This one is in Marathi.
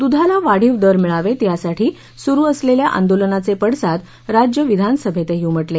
द्धाला वाढीव दर मिळावेत यासाठी सुरू असलेल्या आंदोलनाचे पडसाद राज्य विधानसभेतही उमटले